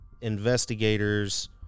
investigators